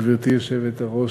גברתי היושבת-ראש,